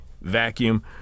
vacuum